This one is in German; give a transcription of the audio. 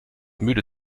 müde